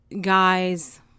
guys